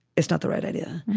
it's not the right idea.